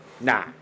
nah